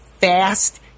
fast